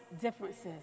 differences